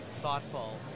thoughtful